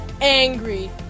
angry